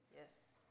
yes